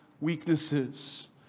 weaknesses